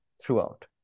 throughout